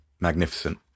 Magnificent